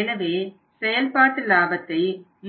எனவே செயல்பாட்டு லாபத்தை